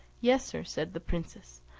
yes, sir, said the princess,